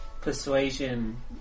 persuasion